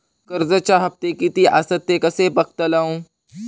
कर्जच्या हप्ते किती आसत ते कसे बगतलव?